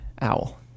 owl